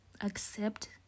accept